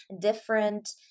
different